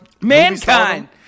Mankind